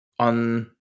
On